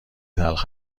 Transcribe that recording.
تلخ